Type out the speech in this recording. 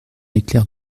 éclair